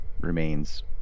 remains